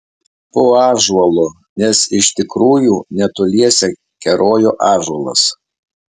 po ąžuolu nes iš tikrųjų netoliese kerojo ąžuolas